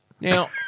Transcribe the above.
Now